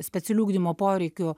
specialių ugdymo poreikių